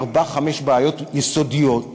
ארבע-חמש בעיות יסודיות,